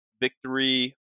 victory